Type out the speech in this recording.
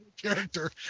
character